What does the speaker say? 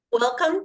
Welcome